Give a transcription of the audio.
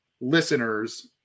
listeners